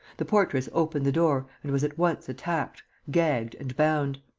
the portress opened the door and was at once attacked, gagged and bound.